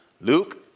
Luke